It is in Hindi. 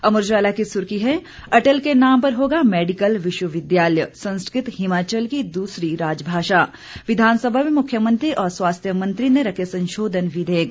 अमर उजाला की सुर्खी है अटल के नाम पर होगा मेडिकल विश्वविद्यालय संस्कृत हिमाचल की दूसरी राजभाषा विधानसभा में मुख्यमंत्री और स्वास्थ्य मंत्री ने रखे संशोधन विधेयक